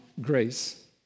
grace